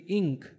ink